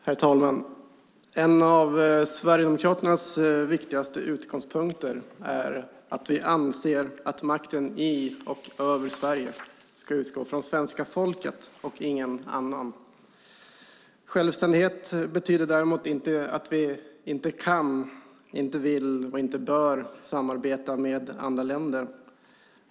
Herr talman! En av Sverigedemokraternas viktigaste utgångspunkter är att vi anser att makten i och över Sverige ska utgå från svenska folket och ingen annan. Självständighet betyder däremot inte att vi inte kan, inte vill och inte bör samarbeta med andra länder.